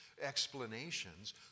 explanations